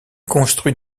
construit